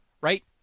right